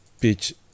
Pitch